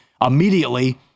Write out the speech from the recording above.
Immediately